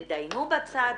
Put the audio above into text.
תתדיינו בצד.